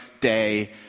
day